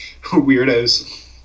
Weirdos